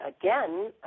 again